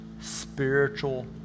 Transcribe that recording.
spiritual